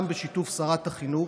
גם בשיתוף שרת החינוך,